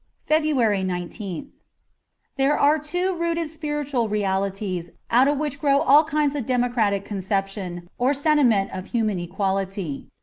february nineteenth there are two rooted spiritual realities out of which grow all kinds of democratic conception or sentiment of human equality.